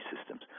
systems